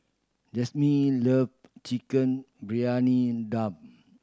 Jazmyn love Chicken Briyani Dum